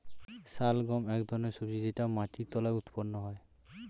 শালগম এক ধরনের সবজি যেটা মাটির তলায় উৎপন্ন হয়